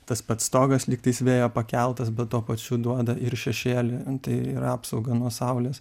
tas pats stogas lygtais vėjo pakeltas bet tuo pačiu duoda ir šešėlį nu tai yra apsauga nuo saulės